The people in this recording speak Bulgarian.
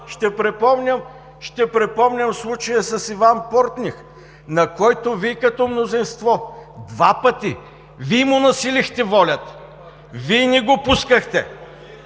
Ще припомним случая с Иван Портних, на когото Вие като мнозинство два пъти му насилихте волята! Вие не го пускахте